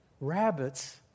Rabbits